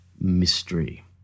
mystery